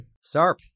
Sarp